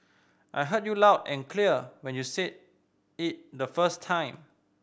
I heard you loud and clear when you said it the first time